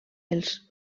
els